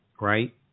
right